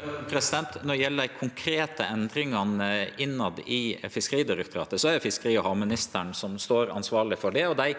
Når det gjeld dei konkrete endringane i Fiskeridirektoratet, er det fiskeri- og havministeren som står ansvarleg for det og dei,